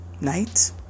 night